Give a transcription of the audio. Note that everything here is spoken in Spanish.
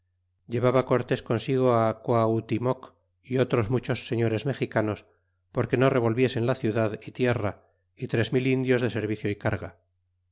llevaba cortés consigo quahutimoc y otros muchos señores e mexicanos porque no revolviesen la ciudad y tierra y tres mil indios de servicio y carga